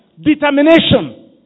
Determination